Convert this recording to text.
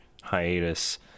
Hiatus